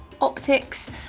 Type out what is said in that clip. Optics